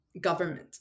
government